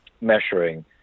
measuring